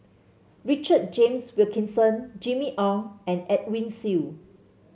Richard James Wilkinson Jimmy Ong and Edwin Siew